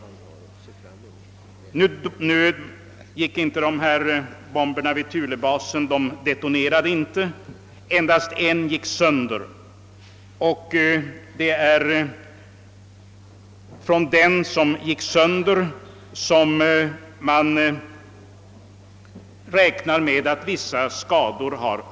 Men nu detonerade alltså inte dessa bomber vid Thulebasen. Endast en gick sönder, och det är denna som antas ha förorsakat vissa skador.